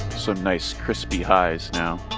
some nice crispy highs now.